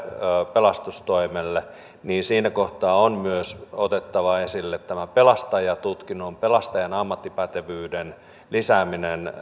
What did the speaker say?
pelastustoimelle on myös otettava esille tämä pelastajatutkinnon pelastajan ammattipätevyyden lisääminen